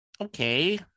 Okay